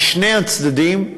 משני הצדדים,